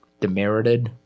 demerited